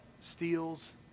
steals